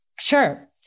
Sure